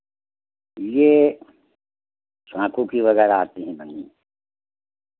यह सांखू की वगैरह आती हैं बनी